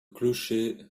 clocher